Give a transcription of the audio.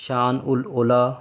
شان الاولیٰ